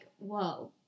whoa